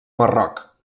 marroc